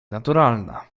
naturalna